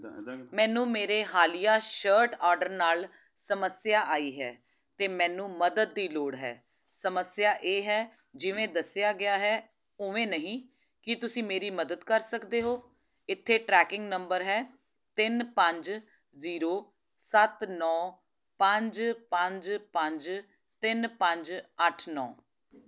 ਮੈਨੂੰ ਮੇਰੇ ਹਾਲੀਆ ਸ਼ਰਟ ਆਰਡਰ ਨਾਲ ਸਮੱਸਿਆ ਆਈ ਹੈ ਅਤੇ ਮੈਨੂੰ ਮਦਦ ਦੀ ਲੋੜ ਹੈ ਸਮੱਸਿਆ ਇਹ ਹੈ ਜਿਵੇਂ ਦੱਸਿਆ ਗਿਆ ਹੈ ਉਵੇਂ ਨਹੀਂ ਕੀ ਤੁਸੀਂ ਮੇਰੀ ਮਦਦ ਕਰ ਸਕਦੇ ਹੋ ਇੱਥੇ ਟ੍ਰੈਕਿੰਗ ਨੰਬਰ ਹੈ ਤਿੰਨ ਪੰਜ ਜ਼ੀਰੋ ਸੱਤ ਨੌ ਪੰਜ ਪੰਜ ਪੰਜ ਤਿੰਨ ਪੰਜ ਅੱਠ ਨੌ